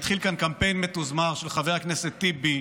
התחיל כאן קמפיין מתוזמר של חבר הכנסת טיבי,